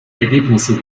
ergebnisse